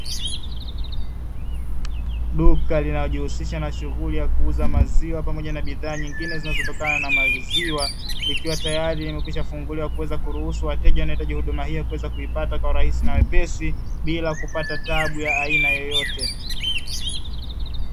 Duka linalojihusisha na shughuli ya kuuza maziwa, pamoja na bidhaa nyingine zinazotokana na maziwa, likiwa tayari limekwishafunguliwa, kuweza kuruhusu wateja wanaohitaji e huduma hii, kuweza kuipata kwa urahisi na wepesi, bila kupata taabu ya aina yoyote.